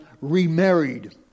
remarried